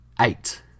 Eight